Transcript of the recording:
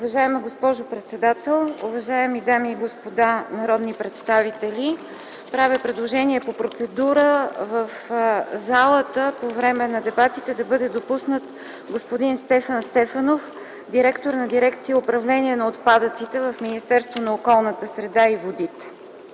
Уважаема госпожо председател, уважаеми дами и господа народни представители! Правя процедурно предложение в залата по време на дебатите да бъде допуснат господин Стефан Стефанов – директор на дирекция „Управление на отпадъците” в Министерството на околната среда и водите.